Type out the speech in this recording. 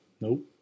Nope